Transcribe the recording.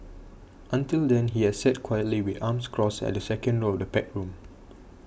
until then he had sat quietly with arms crossed at the second row of the packed room